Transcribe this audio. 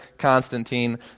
Constantine